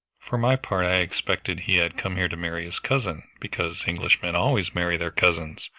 for my part i expected he had come here to marry his cousin, because englishmen always marry their cousins.